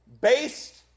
based